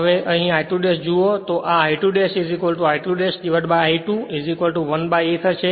હવે અહીં I2 ' જુઓ તો આ I2 'I2 'I 2 1 a થશે